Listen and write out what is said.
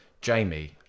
Jamie